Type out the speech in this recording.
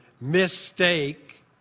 mistake